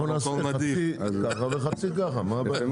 אנחנו נעשה חצי-חצי, מה הבעיה?